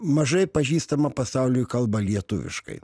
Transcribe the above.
mažai pažįstamą pasauliui kalbą lietuviškai